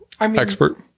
expert